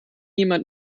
jemand